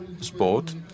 sport